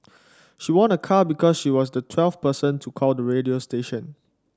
she won a car because she was the twelfth person to call the radio station